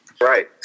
Right